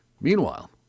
Meanwhile